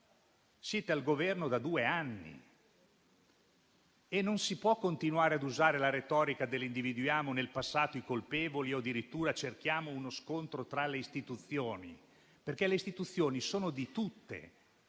Siete al Governo da due anni e non si può continuare ad usare la retorica dell'individuare nel passato i colpevoli o addirittura di cercare uno scontro tra le istituzioni, perché le istituzioni sono di tutti